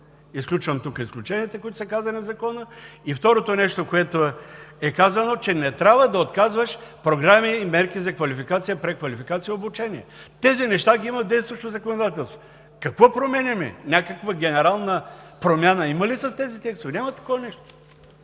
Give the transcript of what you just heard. изключвам тук изключенията, които са казани в Закона. И второто нещо, което е казано, е, че не трябва да отказваш програми и мерки за квалификация, преквалификация и обучение. Тези неща ги има в действащото законодателство! Какво променяме? Някаква генерална промяна има ли за тези текстове? Няма такова нещо!